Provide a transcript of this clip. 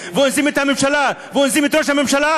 ואונסים את הממשלה ואונסים את ראש הממשלה,